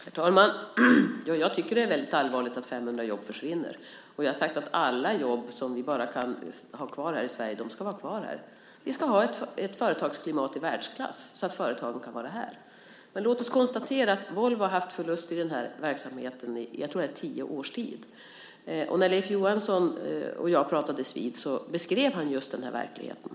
Herr talman! Jag tycker att det är väldigt allvarligt att 500 jobb försvinner. Jag har sagt att alla jobb som vi kan ha kvar i Sverige ska vi ha kvar här. Vi ska ha ett företagsklimat i världsklass så att företagen kan vara här. Låt oss konstatera att Volvo har haft förlust i den här verksamheten i tio års tid. När Leif Johansson och jag pratades vid beskrev han den här verkligheten.